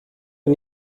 een